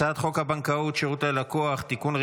הצעת חוק הבנקאות (שירות ללקוח) (תיקון,